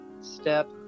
step